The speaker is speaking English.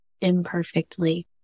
imperfectly